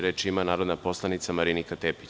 Reč ima narodna poslanica Marinika Tepić.